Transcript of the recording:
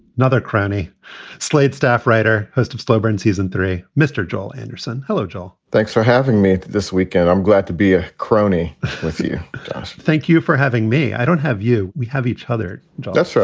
another cronie slate staff writer, host of slow burn season three, mr. joel anderson. hello, joel thanks for having me this weekend. i'm glad to be a crony with you thank you for having me. i don't have you. we have each other that's true.